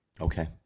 Okay